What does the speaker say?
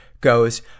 goes